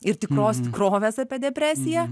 ir tikros tikrovės apie depresiją